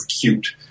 cute